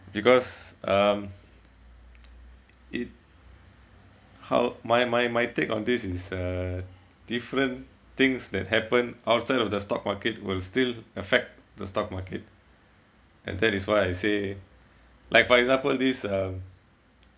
because um it how my my my take on this is uh different things that happen outside of the stock market will still affect the stock market and that is why I say like for example this um